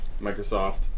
Microsoft